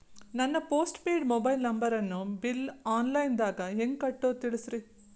ನನ್ನ postpaid mobile ನಂಬರನ್ನು bill online ದಾಗ ಹೆಂಗ್ ಕಟ್ಟೋದು ತಿಳಿಸ್ರಿ